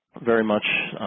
very much